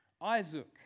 Isaac